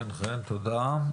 תודה.